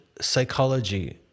psychology